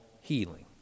healing